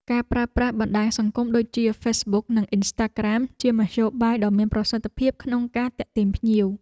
ការប្រើប្រាស់បណ្តាញសង្គមដូចជាហ្វេសប៊ុកនិងអុីនស្តាក្រាមជាមធ្យោបាយដ៏មានប្រសិទ្ធភាពក្នុងការទាក់ទាញភ្ញៀវ។